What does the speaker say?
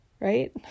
right